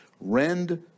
Rend